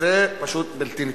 זה פשוט בלתי נתפס.